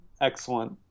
excellent